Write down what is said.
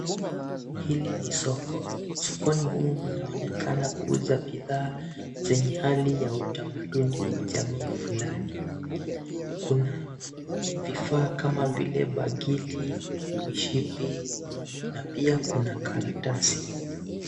Hili ni soko. Sokoni humu mnaonekana kuuza bidhaa zenye hali ya utamaduni wa jamii fulani. Kuna vifaa kama vile bangili, mishipi na pia kuna karatasi.